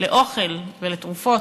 לאוכל ולתרופות.